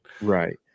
right